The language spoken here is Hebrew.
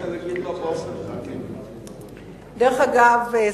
דרך אגב,